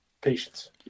patience